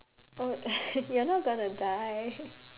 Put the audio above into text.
oh you're not gonna die